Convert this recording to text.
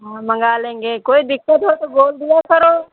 हाँ मंगा लेंगे कोई दिक्कत हो तो बोल दिया करो